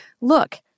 look